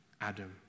Adam